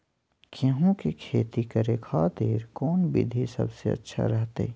गेहूं के खेती करे खातिर कौन विधि सबसे अच्छा रहतय?